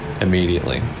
immediately